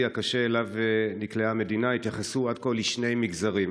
הקשה שאליו נקלעה המדינה התייחסו עד כה לשני מגזרים: